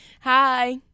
Hi